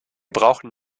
brauchen